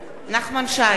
נחמן שי,